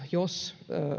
jos